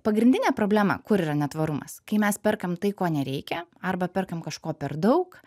pagrindinė problema kur yra netvarumas kai mes perkam tai ko nereikia arba perkam kažko per daug